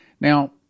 Now